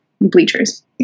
bleachers